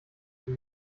have